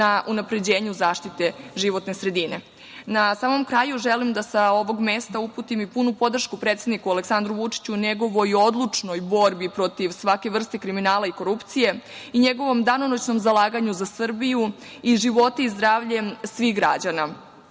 na unapređenju zaštite životne sredine. Na samom kraju želim da sa ovog mesta uputim i punu podršku predsedniku Aleksandru Vučiću, njegovoj odlučnoj borbi protiv svake vrste kriminala i korupcije i njegovom danonoćnom zalaganju za Srbiju i živote i zdravlje svih građana,